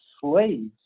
slaves